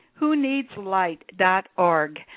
whoneedslight.org